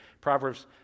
proverbs